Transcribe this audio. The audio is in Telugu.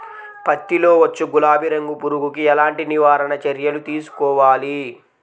పత్తిలో వచ్చు గులాబీ రంగు పురుగుకి ఎలాంటి నివారణ చర్యలు తీసుకోవాలి?